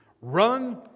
Run